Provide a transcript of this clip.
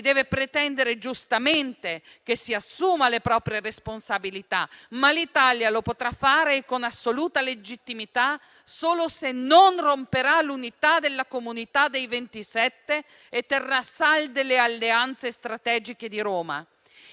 si deve pretendere giustamente che si assuma le proprie responsabilità, ma l'Italia lo potrà fare con assoluta legittimità solo se non romperà l'unità della Comunità dei ventisette e terrà salde le alleanze strategiche di Roma.